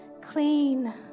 clean